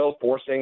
forcing